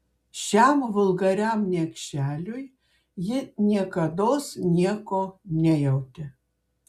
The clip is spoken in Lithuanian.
šiam vulgariam niekšeliui ji niekados nieko nejautė